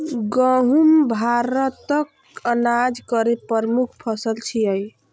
गहूम भारतक अनाज केर प्रमुख फसल छियै